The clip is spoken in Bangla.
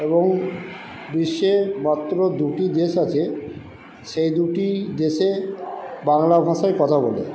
এবং বিশ্বে মাত্র দুটি দেশ আছে সেই দুটি দেশে বাংলা ভাষায় কথা বলে